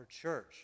church